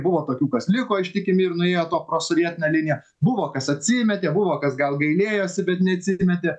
buvo tokių kas liko ištikimi ir nuėjo tuo prosovietine linija buvo kas atsimetė buvo kas gal gailėjosi bet neatsimetė